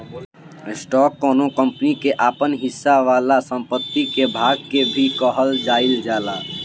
stock कौनो company के आपन हिस्सा वाला संपत्ति के भाग के भी कहल जाइल जाला